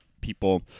people